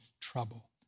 trouble